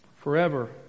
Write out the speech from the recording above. Forever